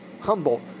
Humble